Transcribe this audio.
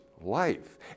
life